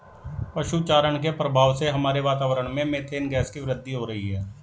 पशु चारण के प्रभाव से हमारे वातावरण में मेथेन गैस की वृद्धि हो रही है